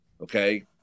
Okay